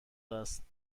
است